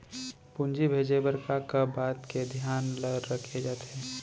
पूंजी भेजे बर का का बात के धियान ल रखे जाथे?